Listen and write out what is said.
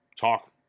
talk